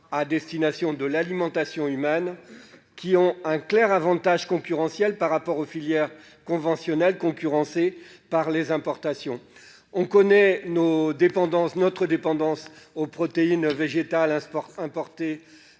à destination de l'alimentation humaine, qui ont un clair avantage concurrentiel par rapport aux filières conventionnelles concurrencées par les importations. On connaît notre dépendance aux protéines végétales importées